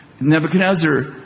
Nebuchadnezzar